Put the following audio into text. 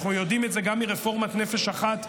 אנחנו יודעים את זה גם מרפורמת נפש אחת,